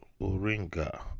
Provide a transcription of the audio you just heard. Uringa